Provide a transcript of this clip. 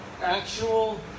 actual